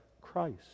Christ